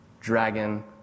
dragon